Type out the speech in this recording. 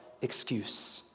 excuse